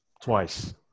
twice